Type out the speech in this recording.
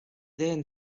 then